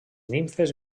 nimfes